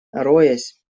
роясь